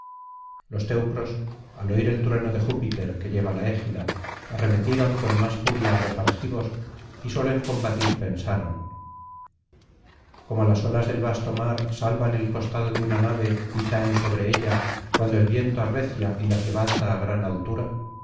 los teucros al oir el trueno de júpiter que lleva la égida arremetieron con más furia á los argivos y sólo en combatir pensaron como las olas del vasto mar salvan el costado de una nave y caen sobre ella cuando el viento arrecia y las levanta á gran altura